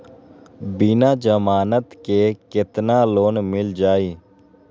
बिना जमानत के केतना लोन मिल जाइ?